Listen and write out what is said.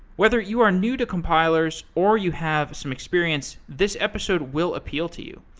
whether you are new to compilers or you have some experience, this episode will appeal to you.